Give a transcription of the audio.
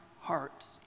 hearts